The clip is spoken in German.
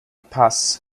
paz